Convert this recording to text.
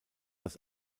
das